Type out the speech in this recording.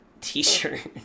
t-shirt